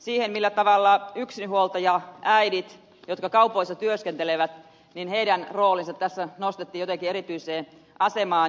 siihen millä tavalla yksinhuoltajaäitien jotka kaupoissa työskentelevät rooli tässä nostettiin jotenkin erityiseen asemaan